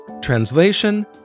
Translation